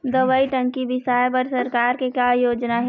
दवई टंकी बिसाए बर सरकार के का योजना हे?